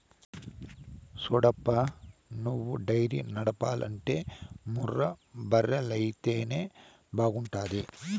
సూడప్పా నువ్వు డైరీ నడపాలంటే ముర్రా బర్రెలైతేనే బాగుంటాది